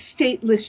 stateless